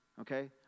okay